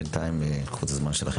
בנתיים הזמן שלכם.